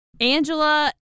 Angela